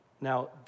Now